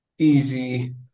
easy